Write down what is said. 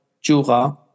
Jura